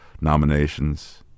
nominations